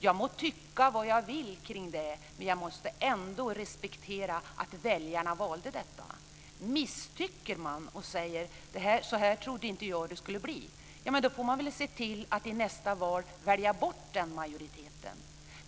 Jag må tycka vad jag vill kring det, men jag måste ändå respektera att väljarna valde det. Misstycker man och säger att så här trodde jag inte att det skulle bli, då får man se till att i nästa val välja bort den majoriteten.